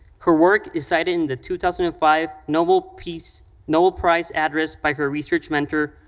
her work is cited in the two thousand and five nobel peace, nobel prize address by her research mentor,